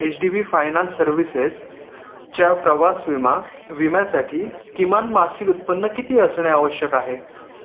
H D B finance services च्या प्रवास विमा विम्यासाठी किमान मासिक उत्पन्न किती असणे आवश्यक आहे